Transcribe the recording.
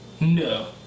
No